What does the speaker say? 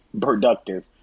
productive